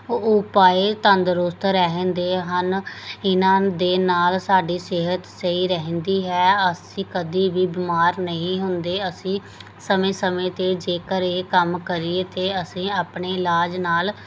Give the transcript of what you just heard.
ਉਪਾਏ ਤੰਦਰੁਸਤ ਰਹਿਣ ਦੇ ਹਨ ਇਹਨਾਂ ਦੇ ਨਾਲ ਸਾਡੀ ਸਿਹਤ ਸਹੀ ਰਹਿੰਦੀ ਹੈ ਅਸੀਂ ਕਦੀ ਵੀ ਬਿਮਾਰ ਨਹੀਂ ਹੁੰਦੇ ਅਸੀਂ ਸਮੇਂ ਸਮੇਂ 'ਤੇ ਜੇਕਰ ਇਹ ਕੰਮ ਕਰੀਏ ਅਤੇ ਅਸੀਂ ਆਪਣੇ ਇਲਾਜ ਨਾਲ